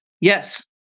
yes